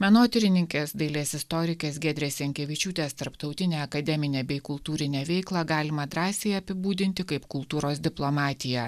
menotyrininkės dailės istorikės giedrės jankevičiūtės tarptautinę akademinę bei kultūrinę veiklą galima drąsiai apibūdinti kaip kultūros diplomatiją